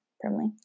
primly